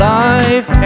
life